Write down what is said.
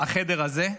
בחדר הזה,